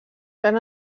gran